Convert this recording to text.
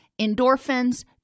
endorphins